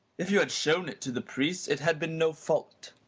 if you had shewn it to the priest it had been no fault.